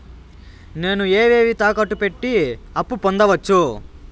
నేను ఏవేవి తాకట్టు పెట్టి అప్పు పొందవచ్చు?